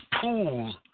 pool